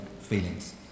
feelings